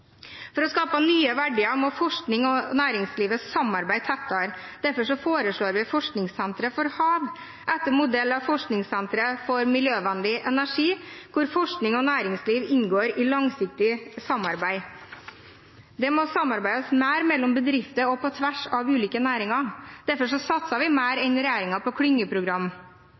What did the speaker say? For å skape nye verdier må forskningsmiljøet og næringslivet samarbeide tettere. Derfor foreslår vi forskningssentre for havrommet, etter modell av forskningssentre for miljøvennlig energi, hvor forskning og næringsliv inngår i et langsiktig samarbeid. Det må samarbeides nært mellom bedrifter og på tvers av ulike næringer. Derfor satser vi mer enn regjeringen på klyngeprogram,